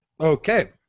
Okay